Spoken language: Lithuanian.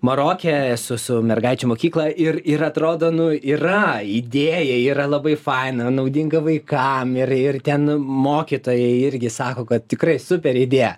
maroke esu su mergaičių mokyklą ir ir atrodo nu yra idėja yra labai faina naudinga vaikam ir ir ten mokytojai irgi sako kad tikrai super idėja